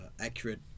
accurate